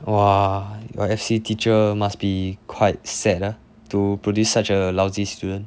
!wah! you F_C teacher must be quite sad ah to produce such a lousy student